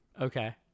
okay